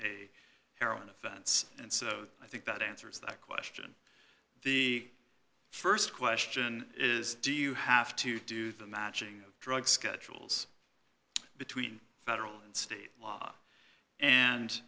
a heroin offense and so i think that answers that question the st question is do you have to do the matching drug schedules between federal and state law and